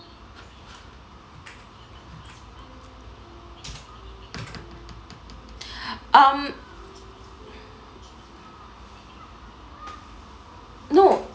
um no